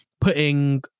putting